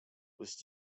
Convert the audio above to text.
was